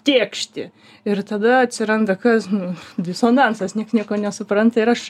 tėkšti ir tada atsiranda kas nu disonansas nieks nieko nesupranta ir aš